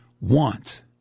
want